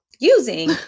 using